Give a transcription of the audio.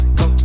go